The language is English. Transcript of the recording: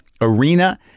arena